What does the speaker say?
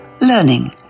learning